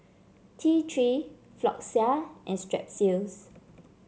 T Three Floxia and Strepsils